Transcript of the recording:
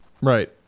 Right